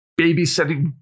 babysitting